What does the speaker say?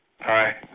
Hi